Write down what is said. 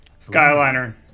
Skyliner